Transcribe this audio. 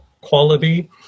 quality